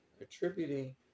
attributing